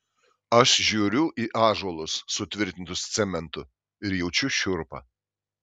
aš žiūriu į ąžuolus sutvirtintus cementu ir jaučiu šiurpą